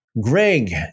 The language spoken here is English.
Greg